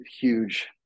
huge